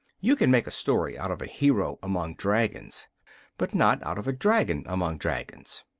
you can make a story out of a hero among dragons but not out of a dragon among dragons.